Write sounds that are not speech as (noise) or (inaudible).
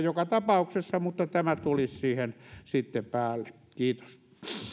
(unintelligible) joka tapauksessa mutta tämä tulisi siihen sitten päälle kiitos